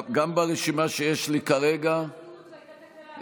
גם ברשימה שיש לי כרגע --- זאת הייתה תקלה במזכירות.